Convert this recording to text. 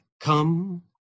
Come